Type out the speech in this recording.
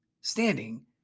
standing